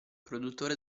produttore